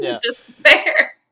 despair